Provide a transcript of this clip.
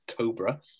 Cobra